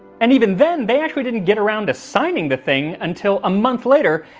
and even then they actually didn't get around to signing the thing until a month later,